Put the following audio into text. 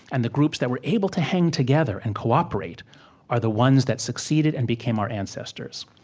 and the groups that were able to hang together and cooperate are the ones that succeeded and became our ancestors.